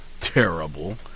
terrible